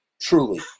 Truly